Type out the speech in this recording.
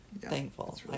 Thankful